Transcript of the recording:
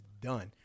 done